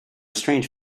strange